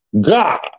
God